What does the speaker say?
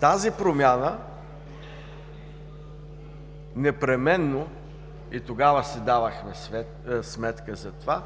Тази промяна непременно – и тогава си давахме сметка за това,